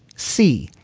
c,